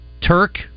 Turk